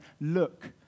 look